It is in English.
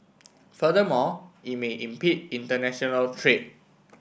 furthermore it may impede international trade